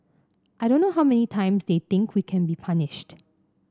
I don't know how many times they think we can be punished